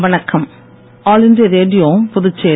வணக்கம் all India Radio Puducherry